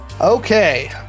Okay